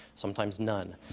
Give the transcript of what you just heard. sometimes none.